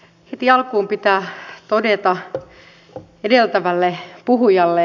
heti alkuun pitää todeta edeltävälle puhujalle